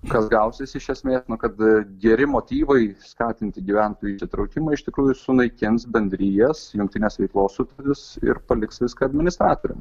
kas gausis iš esmė kad geri motyvai skatinti gyventojų įsitraukimą iš tikrųjų sunaikins bendrijas jungtinės veiklos sutartis ir paliks viską administratoriam